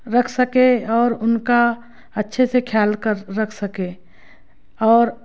रख सके और उनका अच्छे से खयाल कर रख सके और